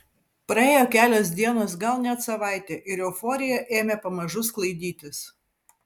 praėjo kelios dienos gal net savaitė ir euforija ėmė pamažu sklaidytis